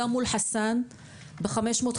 גם מול חסאן ב-500,